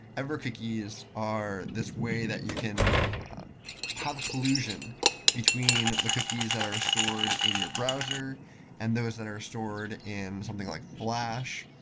evercookies are these way that you can have collusion between the cookies that are stored in your browser and those that are stored in something like flash,